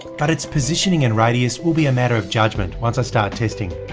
but its positioning and radius will be a matter of judgement once i start testing,